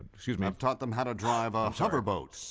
excuse me. i've taught them how to drive a hover boat, shh.